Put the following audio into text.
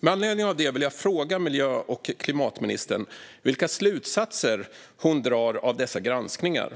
Med anledning av detta vill jag fråga miljö och klimatministern vilka slutsatser hon drar av dessa granskningar.